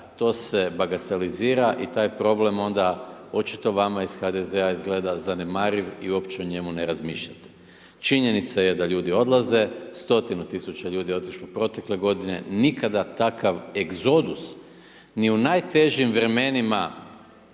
to se bagatelizira i taj problem onda, očito vama iz HDZ-a izgleda zanemariv i uopće o njemu ne razmišljate. Činjenica je da ljudi odlaze, stotinu tisuća ljudi je otišlo protekle g. nikada takav egzodus, ni u najtežim vremenima,